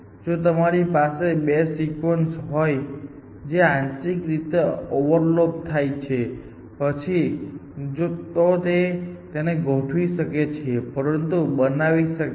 જો તમારી પાસે બે સિક્વન્સ હોય જે આંશિક રીતે ઓવરલેપ થાય છે પછી જો તેઓ તેને ગોઠવી શકે તો તેઓ ફરીથી બનાવી શકે છે